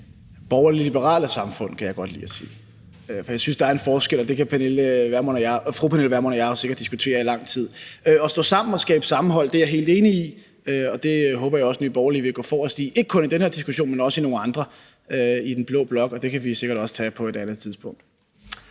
borgerlige, liberale samfund, kan jeg godt lide at sige. For jeg synes, der er en forskel, og det kan fru Pernille Vermund og jeg jo sikkert diskutere i lang tid. At vi skal stå sammen og skabe sammenhold, er jeg helt enig i, og der håber jeg også, at Nye Borgerlige vil gå forrest; ikke kun i den her diskussion, men også i nogle andre i den blå blok. Det kan vi sikkert også tage på et andet tidspunkt.